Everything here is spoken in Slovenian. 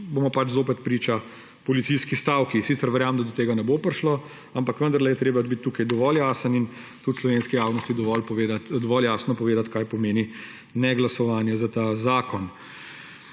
bomo zopet priča policijski stavki. Sicer verjamem, da do tega ne bo prišlo, ampak vendarle je treba biti tukaj dovolj jasen in tudi slovenski javnosti dovoliti jasno povedati, kaj pomeni, če ne glasujete za ta zakon.